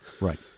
Right